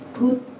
good